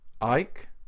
ike